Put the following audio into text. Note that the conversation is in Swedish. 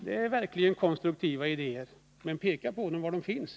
Det är verkligt konstruktiva idéer ni för fram — men peka på var platsen finns!